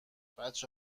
بچه